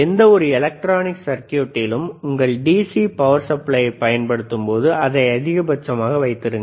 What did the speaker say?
எந்தவொரு எலக்ட்ரானிக் சர்க்யூட்டிலும் உங்கள் டிசி பவர் சப்ளையை பயன்படுத்தும்போது அதை அதிகபட்சமாக வைத்திருங்கள்